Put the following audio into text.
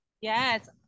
yes